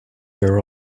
your